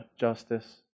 justice